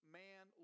man